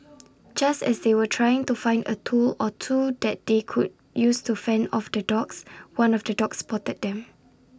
just as they were trying to find A tool or two that they could use to fend off the dogs one of the dogs spotted them